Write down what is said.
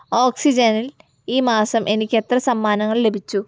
ഓക്സിജനിൽ ഈ മാസം എനിക്ക് എത്ര സമ്മാനങ്ങൾ ലഭിച്ചു